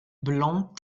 blanc